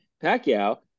pacquiao